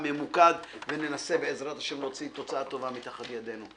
ממוקד וננסה להוציא תוצאה טובה מתחת ידינו.